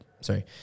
sorry